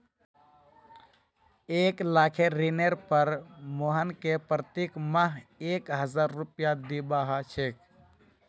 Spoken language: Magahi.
एक लाखेर ऋनेर पर मोहनके प्रति माह एक हजार रुपया दीबा ह छेक